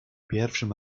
pierwszym